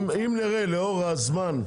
אם נראה לאור הזמן,